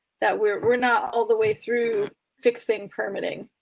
that we're not all the way through fixing permitting.